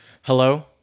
hello